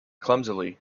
clumsily